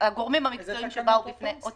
"חלק מהנושאים הכלולים בתקנות אלו מעוררים